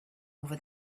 over